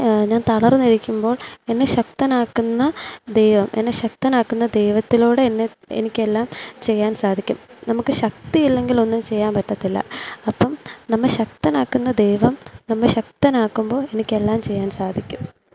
ഞാൻ തളർന്നിരിക്കുമ്പോൾ എന്നെ ശക്തനാക്കുന്ന ദൈവം എന്നെ ശക്തനാക്കുന്ന ദൈവത്തിലൂടെ എന്നെ എനിക്കെല്ലാം ചെയ്യാൻ സാധിക്കും നമുക്ക് ശക്തിയില്ലെങ്കിൽ ഒന്നും ചെയ്യാൻ പറ്റത്തില്ല അപ്പം നമ്മെ ശക്തനാക്കുന്ന ദൈവം നമ്മെ ശക്തനാക്കുമ്പോൾ എനിക്കെല്ലാം ചെയ്യാൻ സാധിക്കും